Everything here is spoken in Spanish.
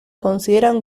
consideran